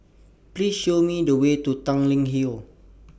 Please Show Me The Way to Tanglin Hill